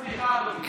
סליחה, אדוני.